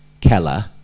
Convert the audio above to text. Keller